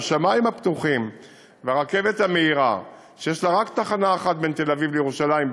השמים הפתוחים והרכבת המהירה שיש לה רק תחנה אחת בין תל-אביב לירושלים,